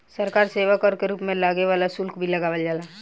सरकार सेवा कर के रूप में लागे वाला शुल्क भी लगावल जाला